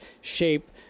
shape